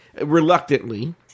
reluctantly